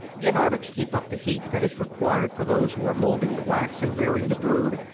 in order to keep up the heat that is required for those who are molding the wax and rearing the brood,